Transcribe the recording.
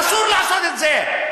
אסור לעשות את זה.